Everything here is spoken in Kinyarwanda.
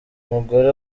mugore